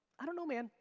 i don't know man,